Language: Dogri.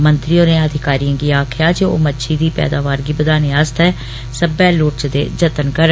मंत्री होरें अधिकारऐं गी आक्खेआ जे ओ मच्छी दी पैदावार गी बदाने आस्तै सब्बै लोड़चदे जतन करन